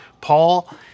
paul